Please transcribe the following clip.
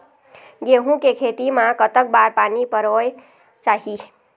गेहूं के खेती मा कतक बार पानी परोए चाही?